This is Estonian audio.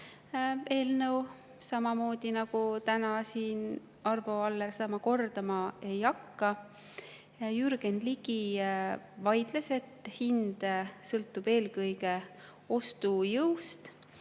eelnõu samamoodi nagu täna siin Arvo Aller. Seda ma kordama ei hakka. Jürgen Ligi vaidles, et hind sõltub eelkõige ostujõust,